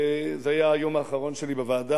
זה היה היום האחרון שלי בוועדה,